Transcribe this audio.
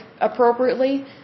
appropriately